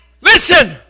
listen